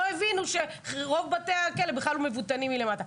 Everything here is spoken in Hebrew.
לא הבינו שרוב בתי הכלא בכלל לא מבוטנים מלמטה.